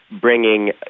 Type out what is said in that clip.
bringing